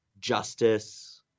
justice